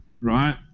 right